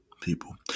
people